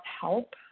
help